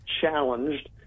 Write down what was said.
challenged